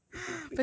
神经病